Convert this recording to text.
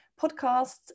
podcasts